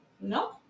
No